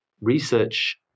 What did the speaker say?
research